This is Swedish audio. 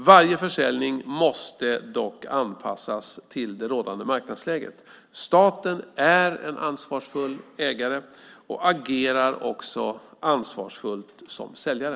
Varje försäljning måste dock anpassas till det rådande marknadsläget. Staten är en ansvarsfull ägare och agerar också ansvarsfullt som säljare.